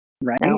Right